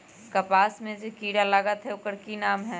कपास में जे किरा लागत है ओकर कि नाम है?